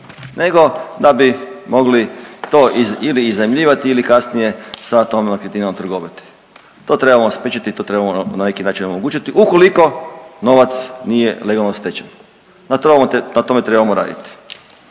nego da bi mogli to ili iznajmljivati ili kasnije sa tom nekretninom trgovati. To trebamo spriječiti i to trebamo na neki način onemogućiti ukoliko novac nije legalno stečen, na tome trebamo raditi.